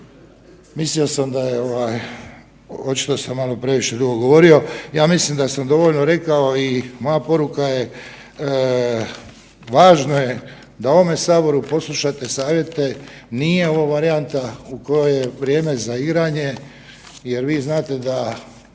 Mislio sam da je ovaj, očito sam malo previše dugo govorio. Ja mislim da sam dovoljno rekao i moja poruka je da u ovome saboru poslušate savjete, nije ovo varijanta u kojoj je vrijeme za igranje jer vi znate da